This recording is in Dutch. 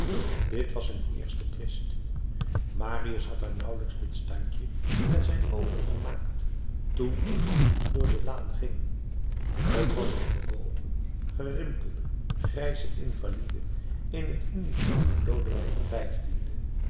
dit was hun eerste twist marius had haar nauwelijks dit standje met zijn oogen gemaakt toen iemand door de laan ging t was een gebogen gerimpelde grijze invalide in de uniform van lodewijk xv